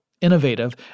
innovative